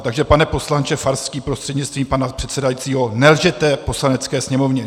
Takže pane poslanče Farský prostřednictvím pana předsedajícího, nelžete Poslanecké sněmovně!